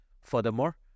Furthermore